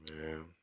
man